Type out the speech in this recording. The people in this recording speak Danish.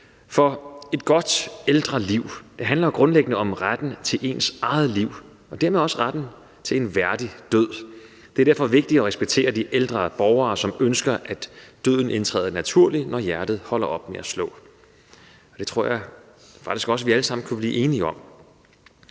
Et godt ældreliv handler grundlæggende om retten til ens eget liv og dermed også om retten til en værdig død. Det er derfor vigtigt at respektere de ældre borgere, som ønsker, at døden indtræder naturligt, når hjertet holder op med at slå. Det tror jeg faktisk også at vi alle sammen kunne blive enige om.